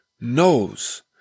knows